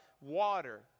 water